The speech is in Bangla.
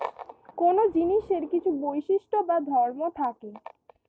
কোন জিনিসের কিছু বৈশিষ্ট্য বা ধর্ম থাকে